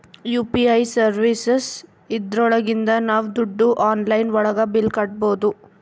UPI services ಇದ್ರೊಳಗಿಂದ ನಾವ್ ದುಡ್ಡು ಆನ್ಲೈನ್ ಒಳಗ ಬಿಲ್ ಕಟ್ಬೋದೂ